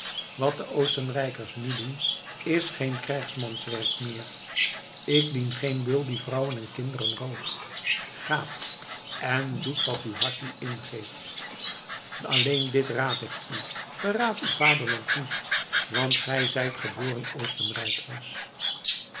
wat de oostenrijkers nu doen is geen krijgsmanswerk meer ik dien geen beul die vrouwen en kinderen rooft gaat en doet wat uw hart u ingeeft alleen dit raad ik u verraad uw vaderland niet want gij zijt geboren oostenrijkers